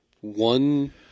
one